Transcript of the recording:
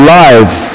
life